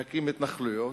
להקים התנחלויות,